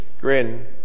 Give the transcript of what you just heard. grin